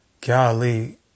golly